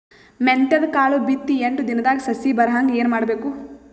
ಮೆಂತ್ಯದ ಕಾಳು ಬಿತ್ತಿ ಎಂಟು ದಿನದಾಗ ಸಸಿ ಬರಹಂಗ ಏನ ಮಾಡಬೇಕು?